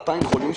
2000 חולים,